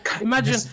Imagine